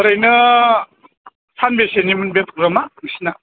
ओरैनो सानबैसेनिमोन बे प्रग्रामा नोंसिना